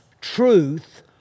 truth